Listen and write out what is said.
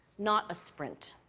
not a sprint.